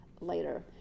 later